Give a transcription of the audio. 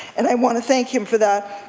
and i want to thank him for that.